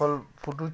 ଆଉ ଫୁଟୁଛେ